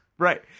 Right